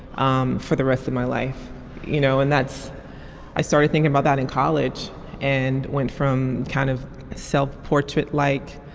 um for the rest of my life you know and that's i started thinking about that in college and went from kind of self portrait like.